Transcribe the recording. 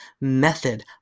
method